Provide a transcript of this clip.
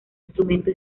instrumento